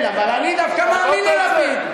דווקא מאמין ללפיד.